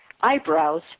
eyebrows